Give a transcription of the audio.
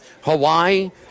Hawaii